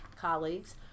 colleagues